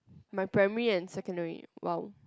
my primary and secondary !wow!